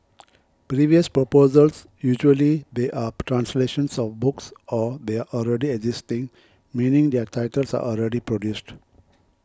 previous proposals usually they are translations of books or they are already existing meaning their titles are already produced